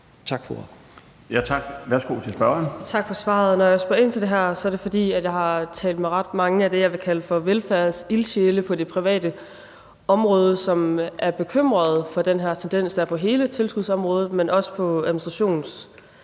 Kl. 13:29 Helena Artmann Andresen (LA): Tak for svaret. Når jeg spørger ind til det her, er det, fordi jeg har talt med ret mange af dem, jeg vil kalde for velfærdens ildsjæle på det private område, og som er bekymrede for den her tendens, der er på hele tilsynsområdet, men også på administrationstilsynsområdet.